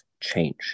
change